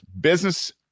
business